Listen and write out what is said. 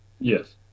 Yes